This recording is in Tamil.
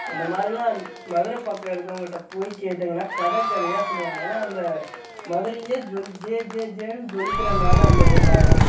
இந்த மாதிரிலாம் மதுரை பக்கம் இருக்கறவங்கக்கிட்ட போய் கேட்டீங்கன்னால் கதை கதையாக சொல்லுவாங்க ஏன்னால் அந்த மதுரையே ஜொலி ஜேஜேன்னு ஜேன்னு ஜொலிக்கிற நாள் அந்த ஒரு நாள் தான்